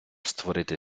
створити